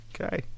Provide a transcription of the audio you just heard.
Okay